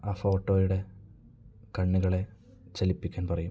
ആ ഫോട്ടോയുടെ കണ്ണുകളെ ചലിപ്പിക്കൻ പറയും